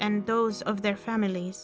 and those of their families